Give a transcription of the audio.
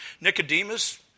Nicodemus